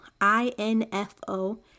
I-N-F-O